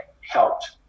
Helped